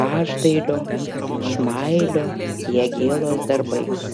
každailio šmailio jagėlos darbais